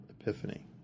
epiphany